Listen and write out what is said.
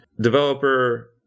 Developer